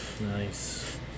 Nice